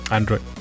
Android